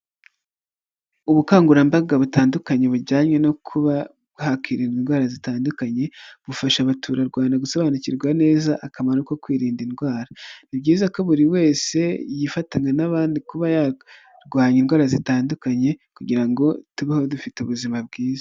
Ubukangurambaga butandukanye bujyanye no kuba hakirindwa indwara zitandukanye, bufasha abaturarwanda gusobanukirwa neza akamaro ko kwirinda indwara, ni byiza ko buri wese yifatanya n'abandi kuba yarwawanya indwara zitandukanye, kugira ngo tubeho dufite ubuzima bwiza.